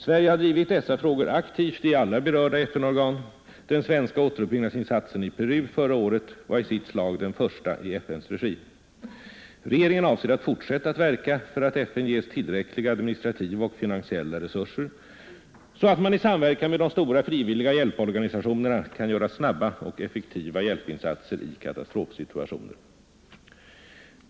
Sverige har drivit dessa frågor aktivt i alla berörda FN-organ. Den svenska återuppbyggnadsinsatsen i Peru förra året var i sitt slag den första i FNs regi. Regeringen avser att fortsätta att verka för att FN ges tillräckliga administrativa och finansiella resurser så att man i samverkan med de stora frivilliga hjälporganisationerna kan göra snabba och effektiva hjälpinsatser i katastrofsituationer.